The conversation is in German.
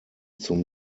zum